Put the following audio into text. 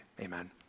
amen